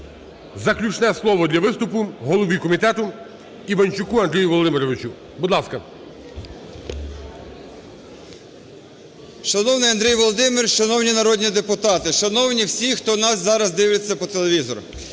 заключне слово для виступу голові комітету Іванчуку Андрію Володимировичу. Будь ласка. 10:48:19 ІВАНЧУК А.В. Шановний Андрій Володимирович, шановні народні депутати, шановні всі, хто нас зараз дивиться по телевізору!